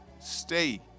stay